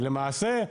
ולמעשה,